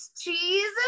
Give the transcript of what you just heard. cheese